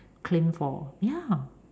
claim for ya